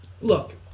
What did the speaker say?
Look